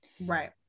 right